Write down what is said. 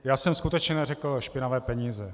Já jsem skutečně neřekl špinavé peníze.